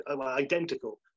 identical